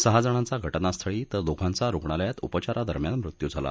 सहा लोकांचा घटनास्थळी तर दोघांचा रुग्णालयात उपचारादरम्यान मृत्यू झाला